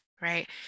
right